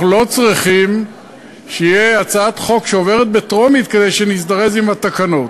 אנחנו לא צריכים שתהיה הצעת חוק שעוברת בטרומית כדי שנזדרז עם התקנות.